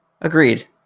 agreed